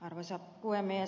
arvoisa puhemies